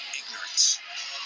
ignorance